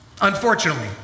unfortunately